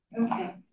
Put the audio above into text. Okay